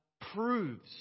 proves